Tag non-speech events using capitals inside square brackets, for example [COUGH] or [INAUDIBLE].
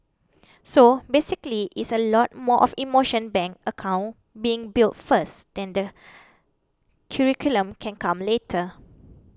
so basically is a lot more of emotional bank account being built first [UNINTELLIGIBLE] curriculum can come later